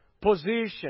position